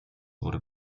wurde